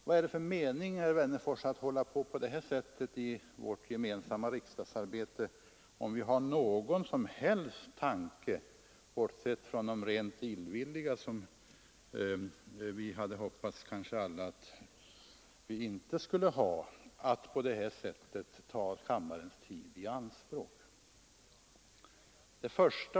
Vad är det för mening, herr Wennerfors, med att på detta sätt ta kammarens tid i anspråk, om man har någon som helst tanke på att i vårt gemensamma riksdagsarbete åstadkomma någonting? Jag bortser då från de rent illvilliga tankar som vi kanske alla hade hoppats inte skulle förekomma.